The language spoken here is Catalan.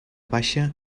baixa